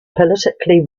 politically